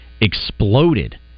exploded